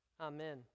Amen